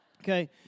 okay